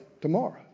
tomorrow